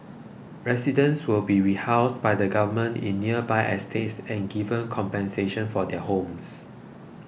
residents will be rehoused by the Government in nearby estates and given compensation for their homes